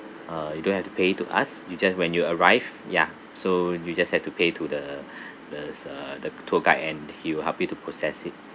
uh you don't have to pay to us you just when you arrive ya so you just have to pay to the this uh the tour guide and he will help you to process it